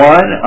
One